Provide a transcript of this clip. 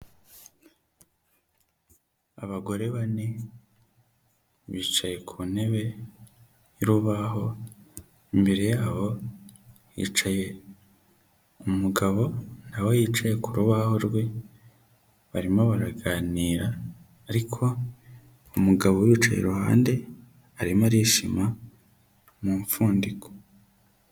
Abagore bane bicaye ku ntebe y'urubaho imbere yabo hicaye umugabo nawe yicaye ku rubaho rwe barimo baraganira ariko umugabo yicaye iruhande arimo arishima mu mfundiko.